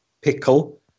pickle